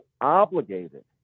obligated